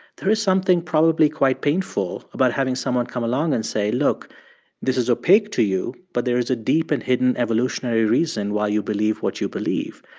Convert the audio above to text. there is something probably quite painful about having someone come along and say, look this is opaque to you, but there is a deep and hidden evolutionary reason why you believe what you believe.